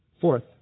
Fourth